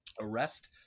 arrest